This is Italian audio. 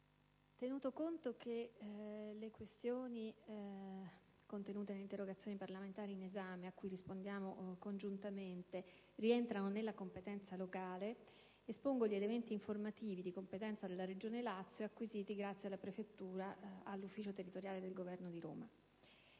tenuto conto che le questioni contenute nelle interrogazioni parlamentari in esame, alle quali si risponde congiuntamente, rientrano nella competenza locale, espongo gli elementi informativi di competenza della Regione Lazio, acquisiti per il tramite dell'ufficio territoriale del Governo di Roma